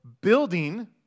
building